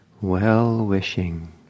well-wishing